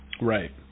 right